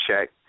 check